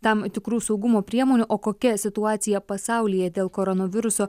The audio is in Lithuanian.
tam tikrų saugumo priemonių o kokia situacija pasaulyje dėl koronaviruso